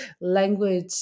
language